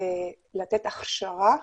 לתת הכשרה,